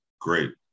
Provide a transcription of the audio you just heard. great